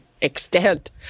extent